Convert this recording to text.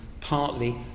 partly